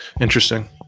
Interesting